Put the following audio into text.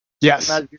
Yes